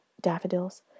daffodils